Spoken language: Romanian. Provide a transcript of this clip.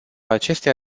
acestea